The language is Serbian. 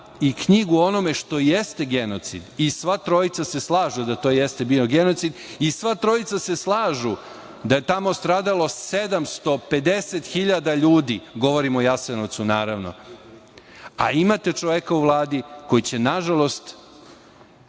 i knjigu o onome što jeste genocid i sva trojica se slažu da to jeste bio genocid i sva trojica se slažu da je tamo stradalo 750 hiljada ljudi. Govorim o Jasenovcu, naravno, a imate čoveka u Vladi koji će, nažalost,